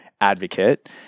advocate